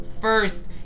first